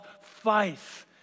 faith